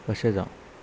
अशें जावं